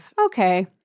Okay